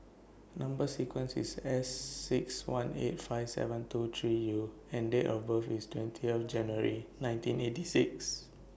Number sequence IS S six one eight five seven two three U and Date of birth IS twentieth January nineteen eighty six